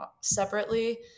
separately